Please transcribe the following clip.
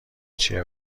چیه